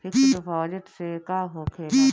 Fix deposit से का होखे ला?